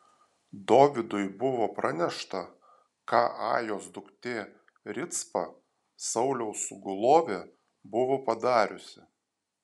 dovydui buvo pranešta ką ajos duktė ricpa sauliaus sugulovė buvo padariusi